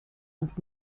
und